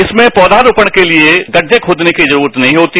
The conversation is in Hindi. इसमें पौधारोपण के लिए गड्डे खोदने की जरूरत नहीं होती